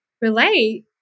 relate